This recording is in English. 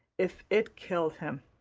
if it killed him.